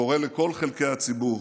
קורא לכל חלקי הציבור: